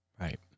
Right